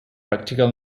practical